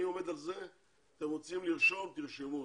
אם אתם רוצים לרשום, תרשמו.